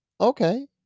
Okay